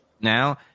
Now